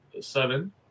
seven